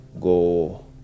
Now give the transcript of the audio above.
go